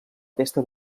pesta